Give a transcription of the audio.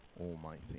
Almighty